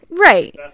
Right